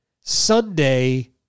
Sunday